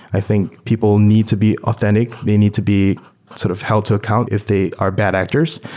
i think people need to be authentic. they need to be sort of held to account if they are bad actors.